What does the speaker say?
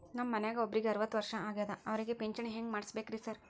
ನಮ್ ಮನ್ಯಾಗ ಒಬ್ರಿಗೆ ಅರವತ್ತ ವರ್ಷ ಆಗ್ಯಾದ ಅವ್ರಿಗೆ ಪಿಂಚಿಣಿ ಹೆಂಗ್ ಮಾಡ್ಸಬೇಕ್ರಿ ಸಾರ್?